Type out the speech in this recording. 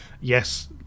yes